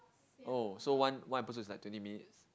oh so one one episode is like twenty minutes